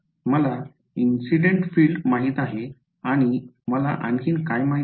मला incident field माहित आहे मला आणखी काय माहित आहे